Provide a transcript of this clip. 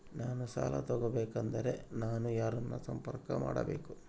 ನಾನು ಸಾಲ ತಗೋಬೇಕಾದರೆ ನಾನು ಯಾರನ್ನು ಸಂಪರ್ಕ ಮಾಡಬೇಕು?